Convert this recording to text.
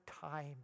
time